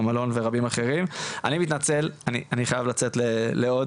כיום יש אלף שבע מאות סטודנטיות שעומדות לצאת לשוק העבודה.